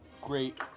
great